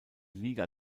liga